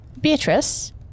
Beatrice